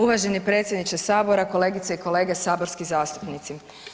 Uvaženi predsjedniče Sabora, kolegice i kolege saborski zastupnici.